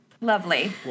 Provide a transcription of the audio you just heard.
lovely